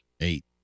Eight